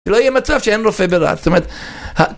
שלא יהיה מצב שאין לו פבלך, זאת אומרת...